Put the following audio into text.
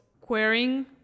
querying